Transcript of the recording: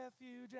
refuge